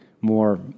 more